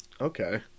Okay